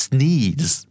Sneeze